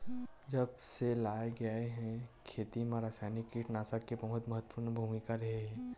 जब से लाए गए हे, खेती मा रासायनिक कीटनाशक के बहुत महत्वपूर्ण भूमिका रहे हे